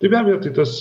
tai be abejo tai tas